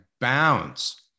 bounds